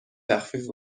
تخفیف